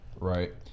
right